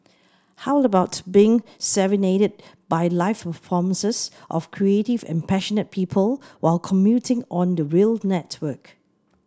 how about being serenaded by live performances of creative and passionate people while commuting on the rail network